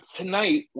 tonight